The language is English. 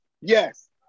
Yes